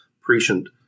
prescient